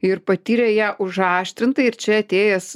ir patyrė ją užaštrintai ir čia atėjęs